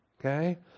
okay